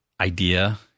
idea